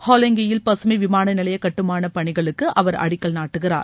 ஹாலோங்கியில் பசுமை விமான நிலைய கட்டுமான பணிகளுக்கு அவர் அடிக்கல் நாட்டுகிறார்